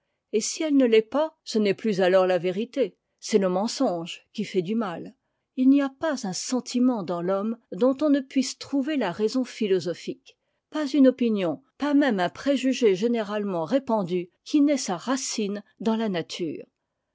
et si elle ne l'est pas ce n'est plus alors la vérité c'est le e mensonge qui fait du mal il n'y a pas un sentiment dans l'homme dont on ne puisse trouver la raison philosophique pas une opinion pas même un préjuge généralement répandu qui n'ait sa racine dans la nature